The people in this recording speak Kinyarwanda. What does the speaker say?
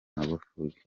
magufuli